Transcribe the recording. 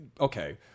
okay